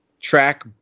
track